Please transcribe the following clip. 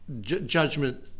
judgment